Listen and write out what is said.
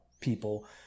people